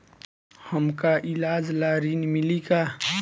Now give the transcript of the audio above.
हमका ईलाज ला ऋण मिली का?